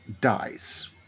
dies